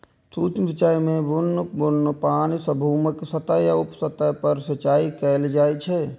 सूक्ष्म सिंचाइ मे बुन्न बुन्न पानि सं भूमिक सतह या उप सतह पर सिंचाइ कैल जाइ छै